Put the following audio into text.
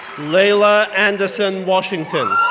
layla anderson washington,